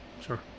Sure